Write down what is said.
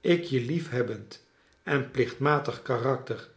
ik je liefhebbend eti plichtmatig karakter